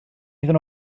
iddyn